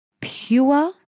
pure